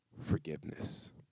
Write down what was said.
forgiveness